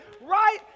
right